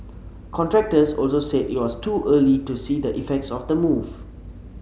contractors also said it was too early to see the effects of the move